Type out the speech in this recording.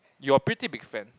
you're pretty big fan